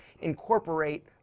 incorporate